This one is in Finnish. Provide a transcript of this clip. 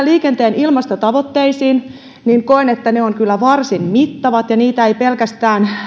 liikenteen ilmastotavoitteisiin niin koen että ne ovat kyllä varsin mittavat ja niitä ei pelkästään